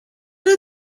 did